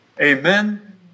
Amen